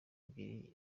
ebyiri